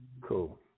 Cool